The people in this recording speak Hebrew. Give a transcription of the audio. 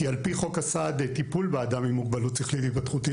כי חוק הסעד (טיפול באנשים עם מוגבלות שכלית התפתחותית),